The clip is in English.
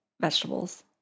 vegetables